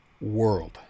world